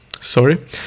Sorry